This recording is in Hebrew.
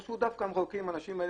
חשבו דווקא שלמחוקקים יש מקום.